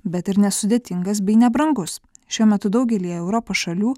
bet ir nesudėtingas bei nebrangus šiuo metu daugelyje europos šalių